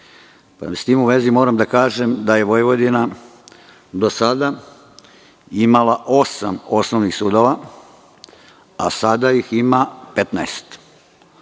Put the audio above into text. tim u vezi, moram da kažem da je Vojvodina do sada imala osam osnovnih sudova, a sada ih ima 15.